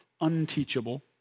unteachable